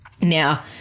Now